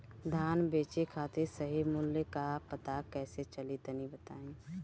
धान बेचे खातिर सही मूल्य का पता कैसे चली तनी बताई?